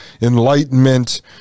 enlightenment